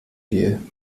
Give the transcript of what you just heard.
gel